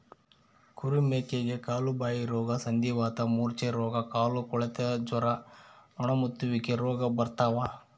ಕುರಿ ಮೇಕೆಗೆ ಕಾಲುಬಾಯಿರೋಗ ಸಂಧಿವಾತ ಮೂರ್ಛೆರೋಗ ಕಾಲುಕೊಳೆತ ಜ್ವರ ನೊಣಮುತ್ತುವಿಕೆ ರೋಗ ಬರ್ತಾವ